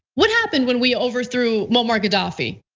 what happened when we overthrew muammar gaddafi?